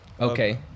okay